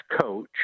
coach